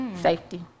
Safety